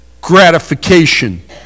gratification